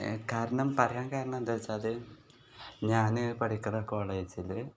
കാരണം പറയാൻ കാരണം എന്താണ് വെച്ചാൽ ഞാൻ പഠിക്കുന്ന കോളേജിൽ